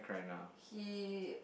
he